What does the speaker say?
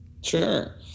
Sure